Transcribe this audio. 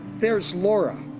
there's laura.